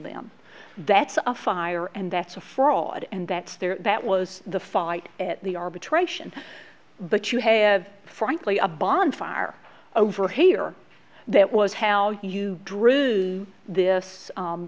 them that's a fire and that's a fraud and that's there that was the fight at the arbitration but you have frankly a bonfire over here that was how you drew this